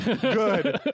good